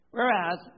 Whereas